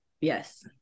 Yes